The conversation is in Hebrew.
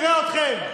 נראה אתכם.